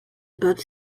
above